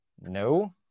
no